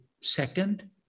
second